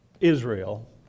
Israel